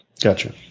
Gotcha